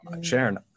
sharon